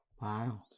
Wow